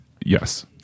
yes